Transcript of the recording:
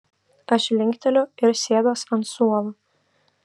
aš linkteliu ir sėduos ant suolo